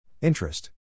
Interest